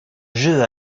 jeu